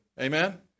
Amen